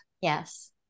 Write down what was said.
Yes